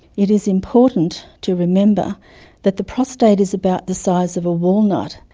it is important to remember that the prostate is about the size of a walnut,